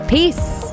Peace